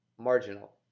marginal